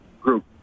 group